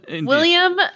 william